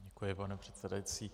Děkuji, pane předsedající.